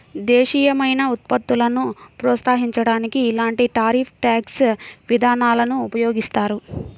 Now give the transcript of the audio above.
దేశీయమైన ఉత్పత్తులను ప్రోత్సహించడానికి ఇలాంటి టారిఫ్ ట్యాక్స్ విధానాలను ఉపయోగిస్తారు